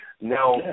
Now